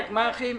את הגמ"חים,